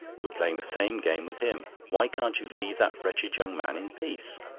you're playing the same game with him. why can't you leave that wretched young man in peace?